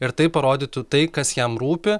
ir taip parodytų tai kas jam rūpi